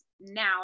now